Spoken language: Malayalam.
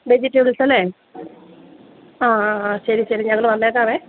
വെജിറ്റബിൾസ് അല്ലെ ആ ആ ആ ശരി ശരി ഞങ്ങൾ വന്നേക്കാം